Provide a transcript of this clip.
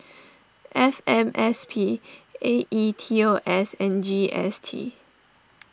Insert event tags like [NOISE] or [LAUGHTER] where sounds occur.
[NOISE] F M S P A E T O S and G S T